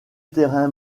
terrain